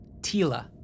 Tila